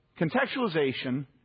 contextualization